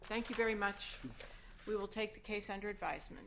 thank you very much we will take that case under advisement